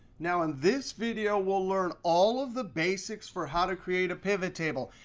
now in this video, we'll learn all of the basics for how to create a pivottable.